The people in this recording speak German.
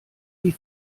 wie